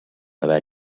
haver